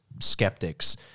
skeptics